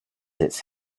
its